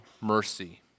mercy